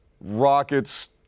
Rockets